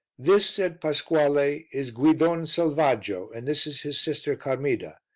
this, said pasquale, is guidon selvaggio, and this is his sister carmida.